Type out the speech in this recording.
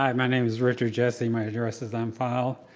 um my name's richard jessie. my address is on file.